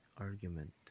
argument